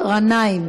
גנאים,